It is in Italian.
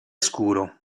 scuro